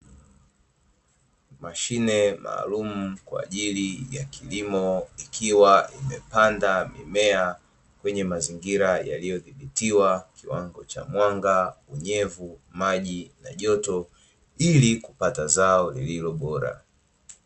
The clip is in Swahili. Mashine maalumu kwa ajili ya kilimo ikiwa imepanda mimea, kwenye mazingira yaliyo dhibitiwa kiwango cha mwanga, unyevu na joto, ili kupata zao lililo bora.